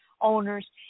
owners